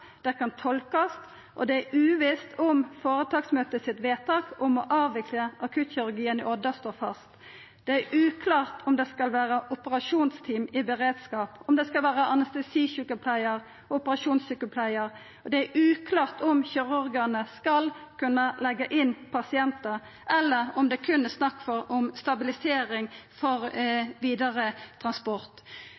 det kan tolkast, og det er uvisst om vedtaket frå føretaksmøtet om å avvikla akuttkirurgien i Odda står fast. Det er uklart om det skal vera operasjonsteam i beredskap, om det skal vera anestesisjukepleiar og operasjonssjukepleiar, og det er uklart om kirurgane skal kunna leggja inn pasientar, eller om det berre er snakk om stabilisering for